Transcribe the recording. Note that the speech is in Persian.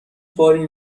باری